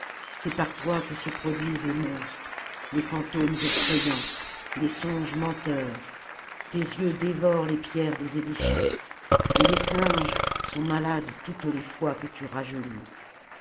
c'est par toi que se produisent les monstres les fantômes effrayants les songes menteurs tes yeux dévorent les pierres des édifices et les singes sont malades toutes les fois que tu rajeunis